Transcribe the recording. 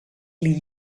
leave